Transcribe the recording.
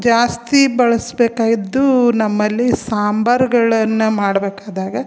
ಜಾಸ್ತಿ ಬಳಸ್ಬೇಕಾಗಿದ್ದು ನಮ್ಮಲ್ಲಿ ಸಾಂಬಾರುಗಳನ್ನ ಮಾಡಬೇಕಾದಾಗ